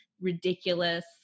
ridiculous